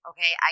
Okay